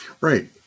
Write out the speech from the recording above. Right